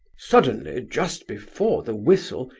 suddenly, just before the whistle,